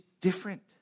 different